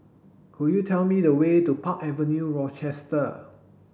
could you tell me the way to Park Avenue Rochester